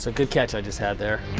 ah good catch i just had there.